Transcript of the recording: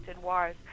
wars